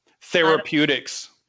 Therapeutics